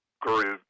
grew